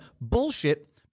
Bullshit